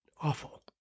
awful